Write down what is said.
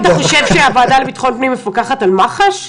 אתה חושב שהוועדה לביטחון פנים מפקחת על מח"ש?